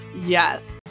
yes